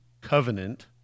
covenant